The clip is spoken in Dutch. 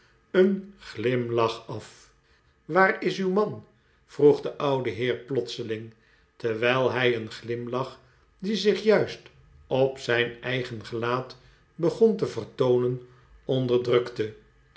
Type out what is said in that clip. een glimlach af waar is uw man vroeg de oude heer plotseling terwijl hij een glimlach die zich juist op zijn eigen gelaat begon te vertoonen onderdrukte